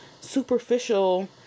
superficial